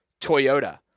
Toyota